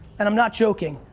and i'm not joking.